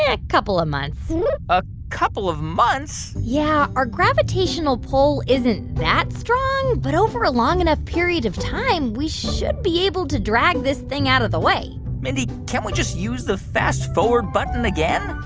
a a couple of months a couple of months? yeah. our gravitational pull isn't that strong. but over a long enough period of time, we should be able to drag this thing out of the way mindy, can't we just use the fast-forward button again?